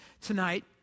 tonight